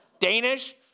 Danish